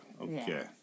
Okay